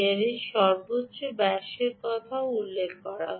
এর সর্বোচ্চ ব্যাসের কথাও উল্লেখ করা হয়েছে